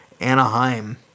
Anaheim